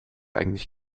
eigentlich